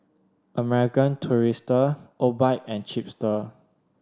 American Tourister Obike and Chipster